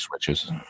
switches